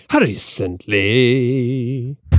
Recently